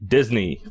Disney